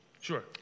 Sure